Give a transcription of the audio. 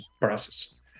process